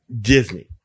disney